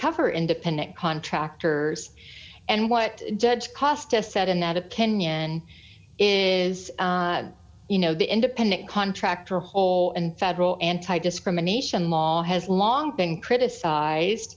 cover independent contractors and what judge cost us said in that opinion is you know the independent contractor whole and federal anti discrimination law has long been criticized